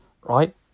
Right